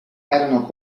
erano